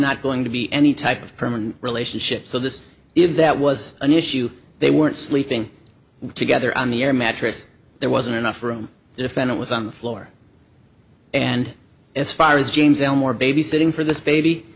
not going to be any type of permanent relationship so this if that was an issue they weren't sleeping together on the air mattress there wasn't enough room the defendant was on the floor and as far as james elmore babysitting for this baby